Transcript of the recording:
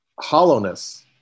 hollowness